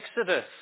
Exodus